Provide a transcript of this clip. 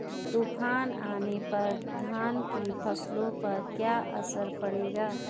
तूफान आने पर धान की फसलों पर क्या असर पड़ेगा?